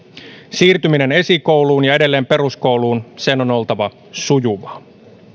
siirtymisen esikouluun ja edelleen peruskouluun on oltava sujuvaa